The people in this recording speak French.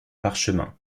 parchemin